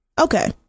Okay